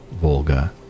Volga